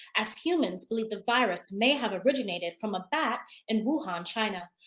as humans believe the virus may have originated from a bat in wuhan, china.